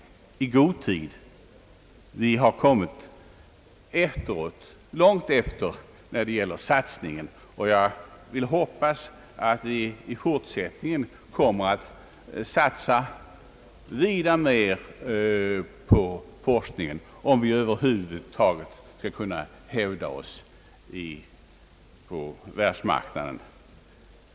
Vi har kommit efteråt, långt efter när det gäller satsningen. Jag hoppas ait vi i fortsättningen kommer att satsa vida mer på forskningen, för att vi över huvud taget skall kunna hävda oss på världsmarknaden.